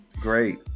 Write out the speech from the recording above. Great